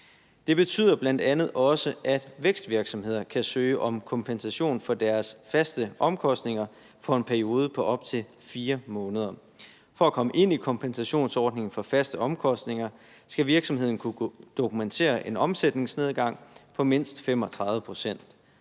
Det betyder bl.a. også, at vækstvirksomheder kan søge om kompensation for deres faste omkostninger for en periode på op til 4 måneder. For at komme ind i kompensationsordningen for faste omkostninger skal virksomheden kunne dokumentere en omsætningsnedgang på mindst 35 pct.